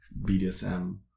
BDSM